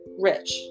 Rich